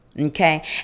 Okay